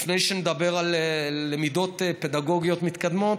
לפני שנדבר על למידות פדגוגיות מתקדמות.